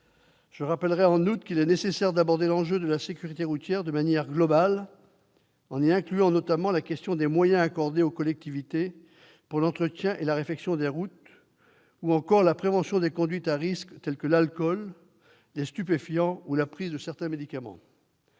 Je rappelle, en outre, qu'il est nécessaire d'aborder l'enjeu de la sécurité routière de manière globale, en incluant notamment la question des moyens accordés aux collectivités pour l'entretien et la réfection des routes, ou encore la prévention des conduites à risque telles que l'absorption d'alcool, de stupéfiants ou la prise de certains médicaments.